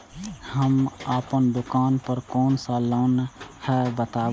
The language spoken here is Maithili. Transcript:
हम अपन दुकान पर कोन सा लोन हैं बताबू?